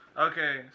Okay